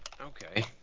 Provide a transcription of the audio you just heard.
Okay